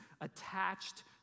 attached